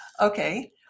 Okay